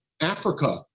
Africa